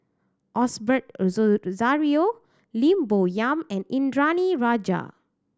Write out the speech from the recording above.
Osbert Rozario Lim Bo Yam and Indranee Rajah